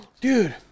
Dude